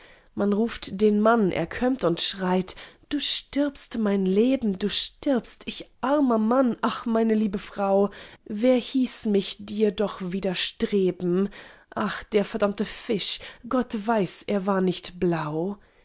man ruft den mann er kömmt und schreit du stirbst mein leben du stirbst ich armer mann ach meine liebe frau wer hieß mich dir doch widerstreben ach der verdammte fisch gott weiß er war nicht blau